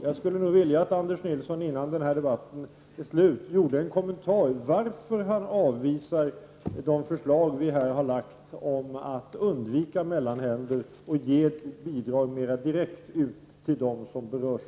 Jag skulle vilja att Anders Nilsson innan den här debatten är slut kommenterade varför han avvisar de förslag vi har lagt fram om att undvika mellanhänder och ge bidrag mer direkt till dem som berörs.